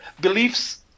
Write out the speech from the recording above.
beliefs